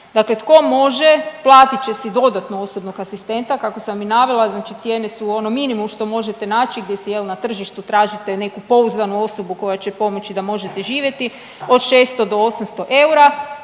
Dakle tko može platit će si dodatno osobnog asistenta, kako sam i navela, znači cijene su ono minimum što možete naći gdje se, je li, na tržištu tražite neku pouzdanu osobu koja će pomoći da možete živjeti, od 600 do 800 eura,